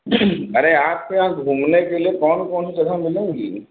अरे आपके यहाँ घूमने के लिए कौन कौन सी जगह मिलेंगी